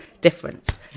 difference